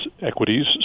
equities